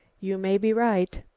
you may be right.